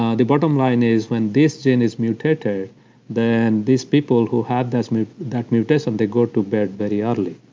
ah the bottom line is when this gene is mutated then this people who had that mutation ah that mutation they go to bed very early.